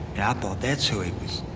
thought that's who he was,